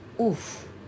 Oof